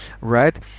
right